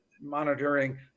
monitoring